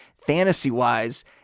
fantasy-wise